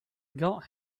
got